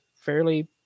fairly